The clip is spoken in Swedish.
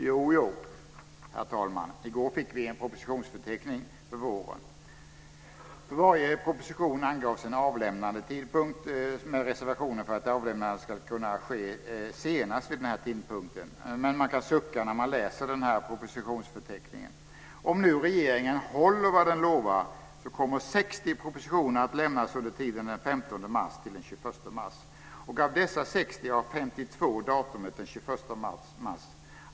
Jo, jo, herr talman, i går fick vi en propositionsförteckning för våren. För varje proposition anges en avlämnandetidpunkt, med reservation för att avlämnandet ska ske senast vid den tidpunkten. Men man kan sucka när man läser denna propositionsförteckning. Om nu regeringen håller vad den lovar kommer Av dessa 60 har 52 fått datumet den 21 mars.